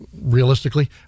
Realistically